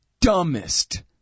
dumbest